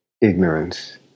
ignorance